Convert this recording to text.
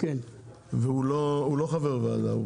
והוא לא חבר ועדה,